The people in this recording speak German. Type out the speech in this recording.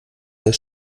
das